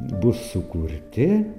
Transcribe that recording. bus sukurti